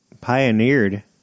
pioneered